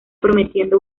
prometiendo